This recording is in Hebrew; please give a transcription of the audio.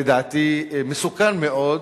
לדעתי, מסוכן מאוד,